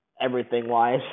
everything-wise